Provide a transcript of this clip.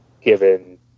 given